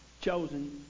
chosen